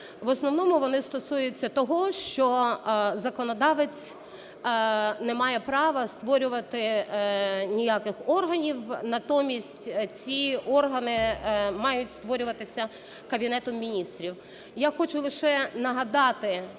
В основному вони стосуються того, що законодавець не має права створювати ніяких органів. Натомість, ці органи мають створюватися Кабінетом Міністрів.